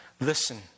Listen